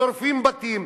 שורפים בתים,